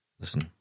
listen